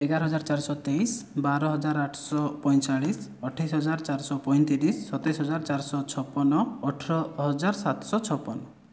ଏଗାର ହଜାର ଚାରିଶହ ତେଇଶ ବାର ହଜାର ଆଠଶହ ପଇଁଚାଳିଶ ଅଠେଇଶ ହଜାର ଚାରିଶହ ପଇଁତିରିଶ ସତେଇଶ ହଜାର ଚାରିଶହ ଛପନ ଅଠର ହଜାର ସାତଶହ ଛପନ